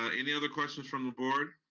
um any other questions from the board?